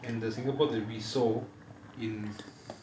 and the singapore that we saw in